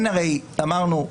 אמרנו,